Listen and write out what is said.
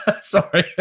sorry